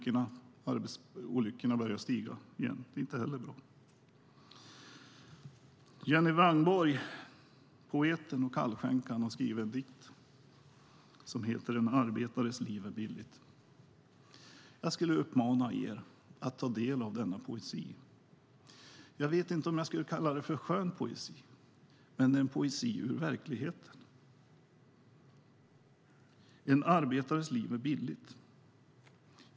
Antalet olyckor börjar stiga igen. Det är inte heller bra. Jenny Wrangborg, poeten och kallskänkan, har skrivit en dikt, En arbetares liv är billigt . Jag skulle vilja uppmana er att ta del av denna poesi. Jag vet inte om jag skulle kalla det skön poesi, men det är en poesi ur verkligheten. Jenny Wrangborg skriver att en arbetares liv är billigt.